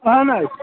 اَہَن حظ